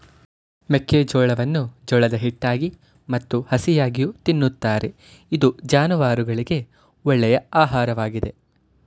ಮೆಕ್ಕೆಜೋಳವನ್ನು ಜೋಳದ ಹಿಟ್ಟಾಗಿ ಮತ್ತು ಹಸಿಯಾಗಿಯೂ ತಿನ್ನುತ್ತಾರೆ ಇದು ಜಾನುವಾರುಗಳಿಗೆ ಒಳ್ಳೆಯ ಆಹಾರವಾಗಿದೆ